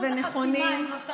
את לא משכנעת כבר אף אחד.